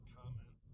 comment